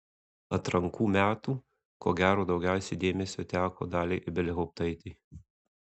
atrankų metų ko gero daugiausiai dėmesio teko daliai ibelhauptaitei